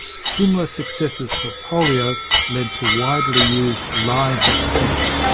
similar successes for polio led to widely used live vaccines.